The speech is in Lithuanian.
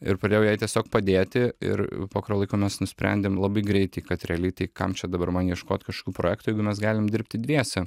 ir pradėjau jai tiesiog padėti ir po kurio laiko mes nusprendėm labai greitai kad realiai tai kam čia dabar man ieškot kažkokių projektų jeigu mes galim dirbti dviese